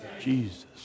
Jesus